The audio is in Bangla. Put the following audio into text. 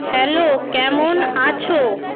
হ্যালো মন আছো